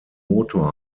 motor